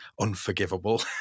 unforgivable